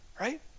right